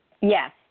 Yes